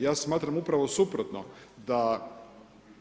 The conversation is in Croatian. Ja smatram upravo suprotno da